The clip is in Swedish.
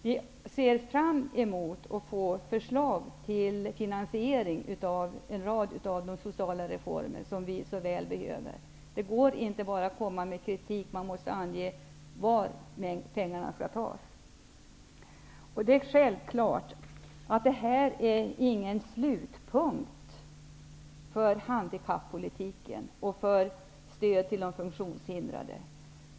Vi ser fram emot att få förslag till finansiering av en rad av de sociala reformer som vi så väl behöver. Det går inte bara att komma med kritik. Man måste ange varifrån pengarna skall tas. Det är självklart att det här inte är någon slutpunkt för handikappolitiken och för stödet till de funktionshindrade.